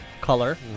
color